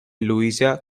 louisa